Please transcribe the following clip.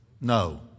No